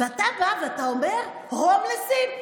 ואתה בא ואומר: הומלסים?